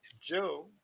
Joe